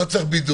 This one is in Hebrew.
לא צריך?